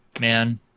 man